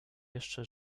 jeszcze